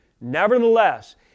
Nevertheless